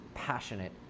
passionate